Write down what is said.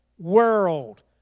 world